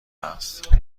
است